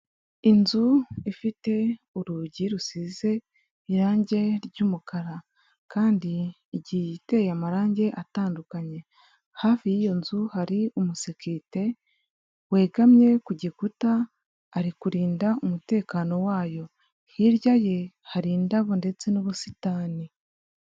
Inzu ifite urugi rusize irangi ry'umukara kandi igiye iteye amarangi atandukanye, hafi y'iyo nzu hari umusekirite wegamye ku gikuta ari kurinda umutekano wayo, hirya ye hari indabo ndetse n'ubusitani.